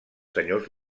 senyors